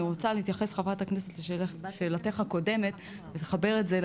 אני רוצה להתייחס לשאלתך הקודמת ולחבר את זה.